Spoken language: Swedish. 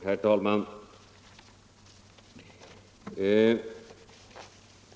Herr talman!